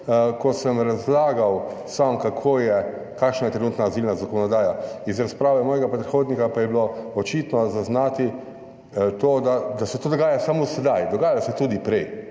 ko sem razlagal sam, kako je, kakšna je trenutna azilna zakonodaja, iz razprave mojega predhodnika pa je bilo očitno zaznati to, da se to dogaja samo sedaj, dogajalo se je tudi prej,